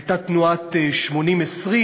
הייתה תנועת 80:20,